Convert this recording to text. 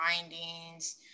findings